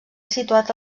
situat